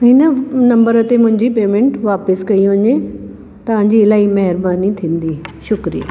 हिन नम्बर ते मुंहिंजी पेमेंट वापसि कई वञे तव्हांजी इलाही महिरबानी थींदी शुक्रिया